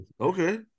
Okay